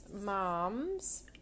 moms